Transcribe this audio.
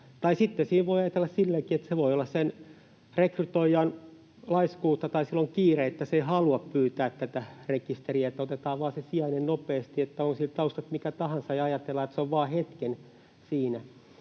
Tai sitten siinä voi ajatella silleenkin, että se voi olla sen rekrytoijan laiskuutta tai sillä on kiire, että se ei halua pyytää tätä rekisteriä, että otetaan vain se sijainen nopeasti, on sillä taustat mitkä tahansa, ja ajatellaan, että se on vain hetken siinä.